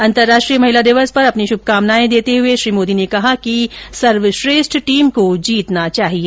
अंतरराष्ट्रीय महिला दिवस पर अपनी शुभकामनाएं देते हुए श्री मोदी ने कहा कि सर्वश्रेष्ठ टीम को जीतना चाहिए